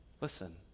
Listen